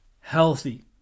healthy